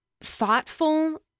thoughtful